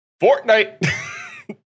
Fortnite